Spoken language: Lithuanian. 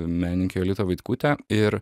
menininkę jolitą vaitkutę ir